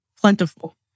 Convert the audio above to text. plentiful